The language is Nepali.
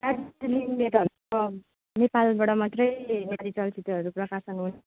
दार्जिलिङले त नेपालबाट मात्रै नेपाली चलचित्रहरू प्रकाशन हुन्छ